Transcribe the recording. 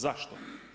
Zašto?